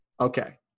Okay